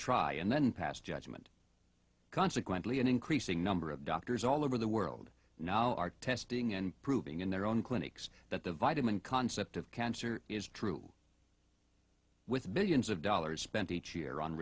try and then pass judgement consequently an increasing number of doctors all over the world now are testing and proving in their own clinics that the vitamin concept of cancer is true with billions of dollars spent each year on